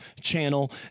channel